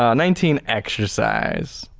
um nineteen, exercise.